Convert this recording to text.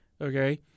okay